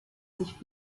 sich